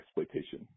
exploitation